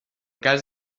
cas